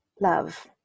love